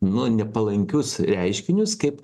nu nepalankius reiškinius kaip